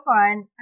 fun